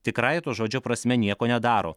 tikrąja to žodžio prasme nieko nedaro